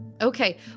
Okay